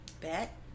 Bet